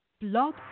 blog